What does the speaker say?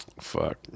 Fuck